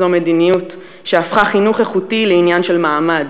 זו מדיניות שהפכה חינוך איכותי לעניין של מעמד,